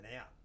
out